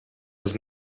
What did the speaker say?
does